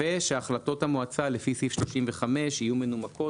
ושהחלטות המועצה לפי סעיף 35 יהיו מנומקות